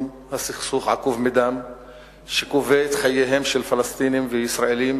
הסכסוך העקוב מדם שגובה חייהם של פלסטינים וישראלים,